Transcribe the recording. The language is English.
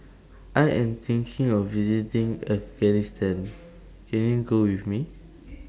I Am thinking of visiting Afghanistan Can YOU Go with Me